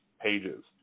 pages